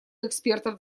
экспертов